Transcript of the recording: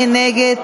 מי נגד?